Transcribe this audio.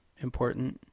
important